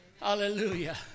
Hallelujah